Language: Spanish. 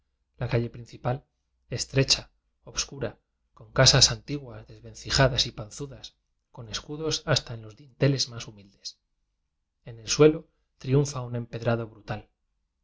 la calle principal estrecha obscura con casas antiguas desvencijadas y panzudas con escudos hasta en los din teles más humildes en el suelo triunfa un empedrado brutal